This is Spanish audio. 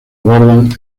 guardan